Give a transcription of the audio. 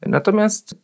Natomiast